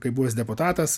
kaip buvęs deputatas